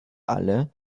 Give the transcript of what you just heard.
alle